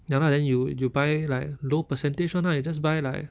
ya lah then you you buy like low percentage [one] lah you just buy like